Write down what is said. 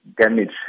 damage